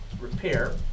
repair